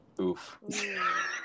Oof